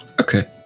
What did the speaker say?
Okay